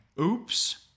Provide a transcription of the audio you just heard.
Oops